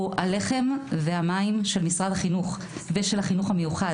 הלחם והמים של משרד החינוך ושל החינוך המיוחד.